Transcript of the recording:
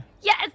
yes